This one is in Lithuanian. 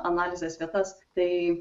analizės vietas tai